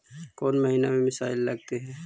कौन महीना में मिसाइल लगते हैं?